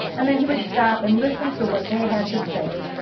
and then he would stop and listen to what they had to say.